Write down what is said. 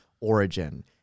origin